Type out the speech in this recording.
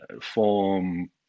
form